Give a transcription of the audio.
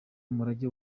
umurage